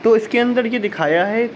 تو اس کے اندر یہ دکھایا ہے